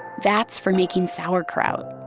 vats for making sauerkraut,